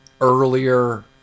earlier